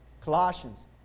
Colossians